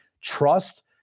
trust